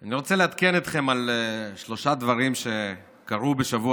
אני רוצה לעדכן אתכם על שלושה דברים שקרו בשבוע